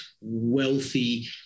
wealthy